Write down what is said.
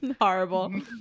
Horrible